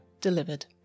delivered